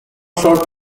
short